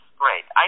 great